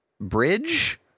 bridge